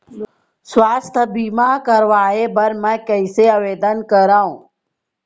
स्वास्थ्य बीमा करवाय बर मैं कइसे आवेदन करव?